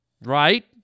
right